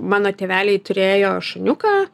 mano tėveliai turėjo šuniuką